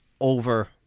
over